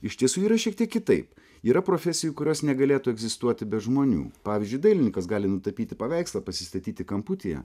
iš tiesų yra šiek tiek kitaip yra profesijų kurios negalėtų egzistuoti be žmonių pavyzdžiui dailininkas gali nutapyti paveikslą pasistatyti kamputyje